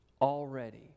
already